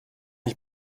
ich